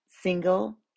single